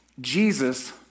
Jesus